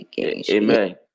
Amen